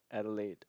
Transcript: Adelaide